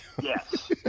Yes